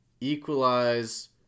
equalize